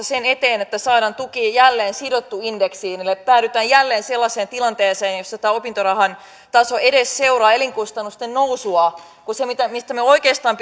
sen eteen että saadaan tuki jälleen sidottua indeksiin eli päädytään jälleen sellaiseen tilanteeseen jossa tämä opintorahan taso edes seuraa elinkustannusten nousua se mistä meidän oikeastaan